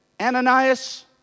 Ananias